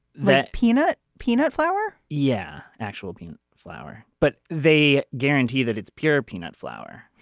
that peanut peanut flour. yeah. actual bean flour. but they guarantee that it's pure peanut flour